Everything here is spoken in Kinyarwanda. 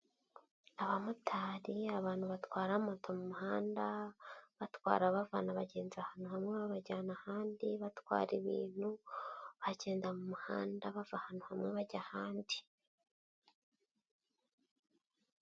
Abamotari, abantu batwara moto mu muhanda, batwara bavana abagenzi ahantu hamwe babajyana ahandi, batwara ibintu, bagenda mu muhanda bava ahantu hamwe bajya ahandi.